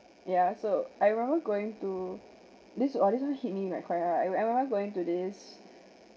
ya so I remember going to this !wah! hit me like quite hard I I going to this